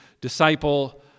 disciple